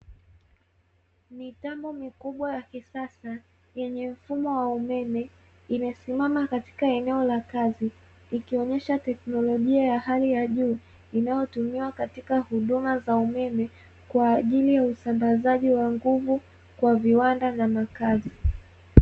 Mitambo mikubwa ya kisasa yenye mfumo wa umeme, imesimama katika eneo la kazi; ikionyesha teknolojia ya hali ya juu inayotumiwa katika huduma za umeme, kwa ajili ya usambazaji wa nguvu kwa viwanda na makazi.